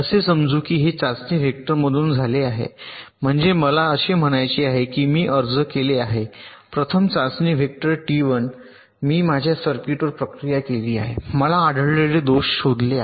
असे समजू की हे चाचणी वेक्टरमधून झाले आहे म्हणजे मला असे म्हणायचे आहे की मी अर्ज केले आहे प्रथम चाचणी वेक्टर टी 1 मी माझ्या सर्किटवर प्रक्रिया केली आहे मला आढळलेले दोष शोधले आहेत